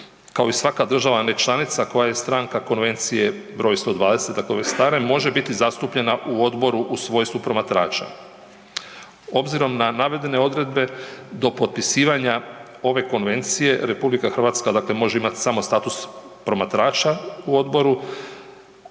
kao i svaka država nečlanica koja je stranka Konvencije br. 120 .../Govornik se ne razumije./... može biti zastupljena u Odboru u svojstvu promatrača. Obzirom na navedene odredbe, do potpisivanja ove konvencije RH dakle može imati samo status promatrača u Odboru